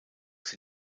sie